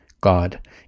God